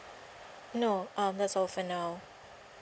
no um that's all for now